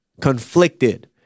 conflicted